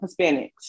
Hispanics